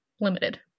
limited